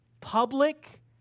public